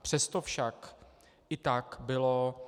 Přesto však i tak bylo...